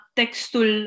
textul